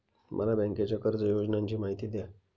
मला बँकेच्या कर्ज योजनांची माहिती द्या